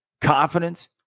confidence